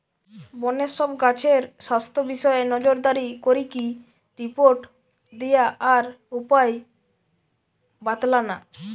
বনের সব গাছের স্বাস্থ্য বিষয়ে নজরদারি করিকি রিপোর্ট দিয়া আর উপায় বাৎলানা